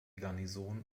garnison